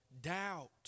doubt